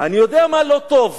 אני יודע מה לא טוב.